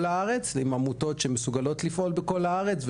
הארץ עם עמותות שמסוגלות לפעול בכל הארץ,